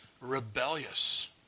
rebellious